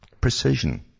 precision